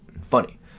funny